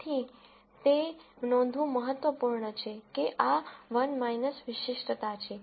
તેથી તે નોંધવું મહત્વપૂર્ણ છે કે આ 1 - વિશિષ્ટતા છે